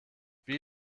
wie